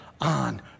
on